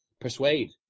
persuade